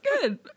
good